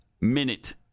minute